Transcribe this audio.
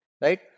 right